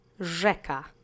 RZEKA